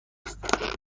است